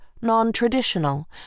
non-traditional